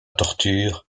torture